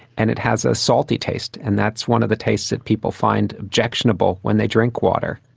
and it has a salty taste, and that's one of the tastes that people find objectionable when they drink water.